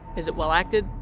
is it well acted?